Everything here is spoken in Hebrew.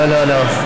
לא, לא, לא.